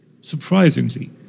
Surprisingly